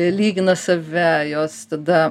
lygina save jos tada